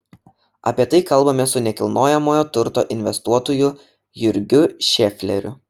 apie tai kalbamės su nekilnojamojo turto investuotoju jurgiu šefleriu